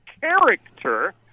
character